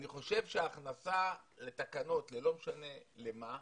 אני חושב שההכנסה לתקנות, לא משנה למה,